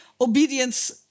obedience